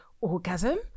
orgasm